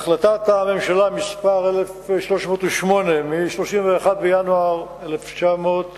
החלטת הממשלה מס' 1308 מ-31 בינואר 2010